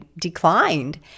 declined